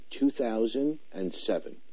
2007